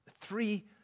three